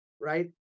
right